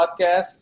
podcast